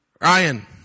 Ryan